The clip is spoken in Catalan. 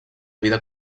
vida